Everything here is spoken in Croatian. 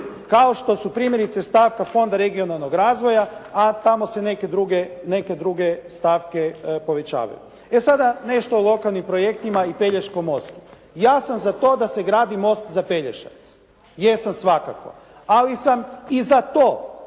kao što su primjerice stavka Fond regionalnog razvoja, a tamo se neke druge stavke povećavaju. E sada nešto o lokalnim projektima i Pelješkom mostu. Ja sam za to da se gradi most za Pelješac. Jesam svakako, ali sam i za to